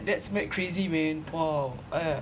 that's mad crazy man !wow! uh